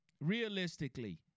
realistically